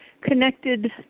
connected